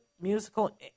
musical